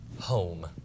home